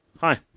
Hi